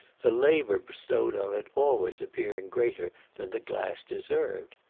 the labour bestowed on it always appearing greater than the glass deserved.